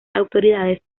autoridades